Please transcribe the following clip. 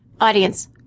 Audience